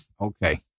okay